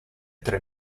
tre